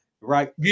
right